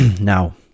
Now